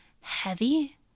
heavy